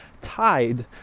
tied